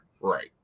Right